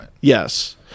Yes